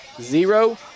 zero